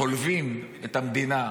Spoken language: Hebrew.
חולבים את המדינה.